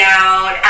out